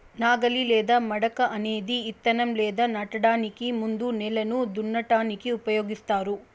నాగలి లేదా మడక అనేది ఇత్తనం లేదా నాటడానికి ముందు నేలను దున్నటానికి ఉపయోగిస్తారు